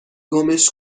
گمش